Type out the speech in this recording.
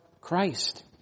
Christ